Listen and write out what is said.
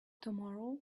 tomorrow